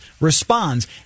responds